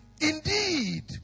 Indeed